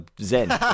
Zen